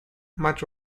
much